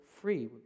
free